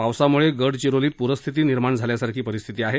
पावसामुळे गडचिरोलीत पूरस्थिती निर्माण झाल्यासारखी परिस्थिती आहे